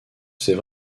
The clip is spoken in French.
c’est